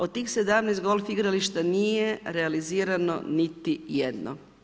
Od tih 17 golf igrališta nije realizirano niti jedno.